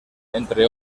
entre